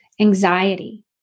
Anxiety